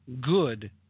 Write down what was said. good